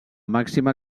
màxima